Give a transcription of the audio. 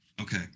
okay